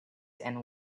and